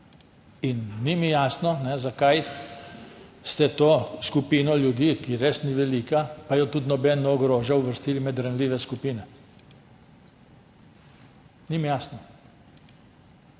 Ni mi jasno, zakaj ste to skupino ljudi, ki res ni velika, pa je tudi nihče ne ogroža, uvrstili med ranljive skupine. Ni mi jasno.